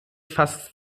fast